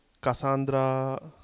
Cassandra